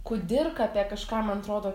kudirką apie kažką man atrodo